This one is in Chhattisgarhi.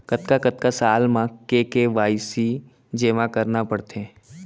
कतका कतका साल म के के.वाई.सी जेमा करना पड़थे?